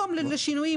מי יפקח עליו?